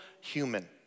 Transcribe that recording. human